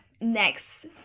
next